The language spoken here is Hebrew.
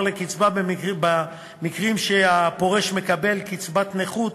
לקצבה במקרים שהפורש מקבל קצבת נכות,